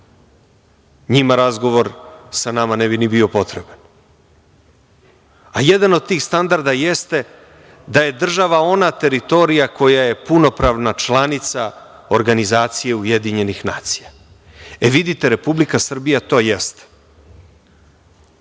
njima razgovor sa nama ne bi ni bio potreban, a jedan od tih standarda jeste, da je država ona teritorija koja je punopravna članica Organizacije UN.Vidite, Republika Srbija to jeste.